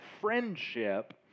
friendship